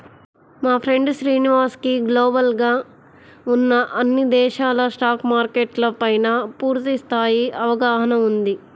మా ఫ్రెండు శ్రీనివాస్ కి గ్లోబల్ గా ఉన్న అన్ని దేశాల స్టాక్ మార్కెట్ల పైనా పూర్తి స్థాయి అవగాహన ఉంది